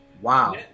Wow